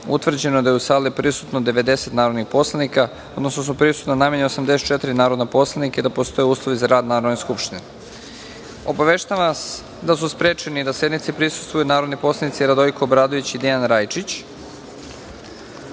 utvrđeno da su u sali prisutno 90 narodnih poslanika, odnosno da su prisutna najmanje 84 narodna poslanika i da postoje uslovi za rad Narodne skupštine. Obaveštavam vas da su sprečeni da sednici prisustvuju narodni poslanici Radojko Obradović i Dejan